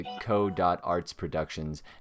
co.artsproductions